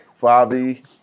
Fabi